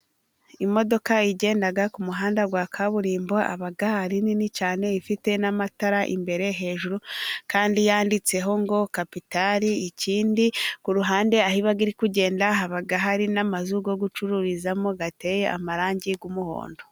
Imodoka igenda ku muhanda wa kaburimbo. Aba ari nini cyane ifite n'amatara imbere hejuru kandi yanditseho ngo kapitari. Ikindi ku ruhande aho iba iri kugenda haba hari n'amazu yo gucururizamo, ateye amarangi y'umuhondo.